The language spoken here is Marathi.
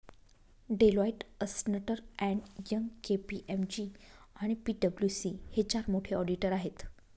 डेलॉईट, अस्न्टर अँड यंग, के.पी.एम.जी आणि पी.डब्ल्यू.सी हे चार मोठे ऑडिटर आहेत